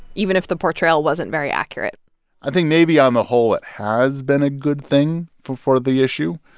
even if the portrayal wasn't very accurate i think maybe, on the whole, it has been a good thing for for the issue,